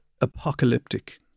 apocalyptic